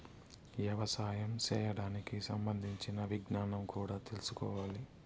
యవసాయం చేయడానికి సంబంధించిన విజ్ఞానం కూడా తెల్సుకోవాలి